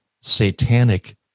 satanic